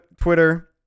Twitter